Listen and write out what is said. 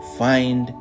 find